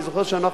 אני זוכר שאנחנו,